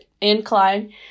incline